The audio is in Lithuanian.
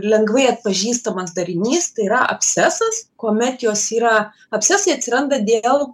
lengvai atpažįstamas darinys tai yra abscesas kuomet jos yra abscesai atsiranda dėl